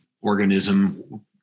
organism